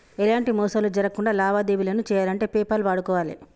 ఎలాంటి మోసాలు జరక్కుండా లావాదేవీలను చెయ్యాలంటే పేపాల్ వాడుకోవాలే